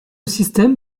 système